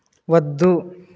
వద్దు